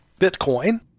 Bitcoin